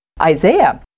Isaiah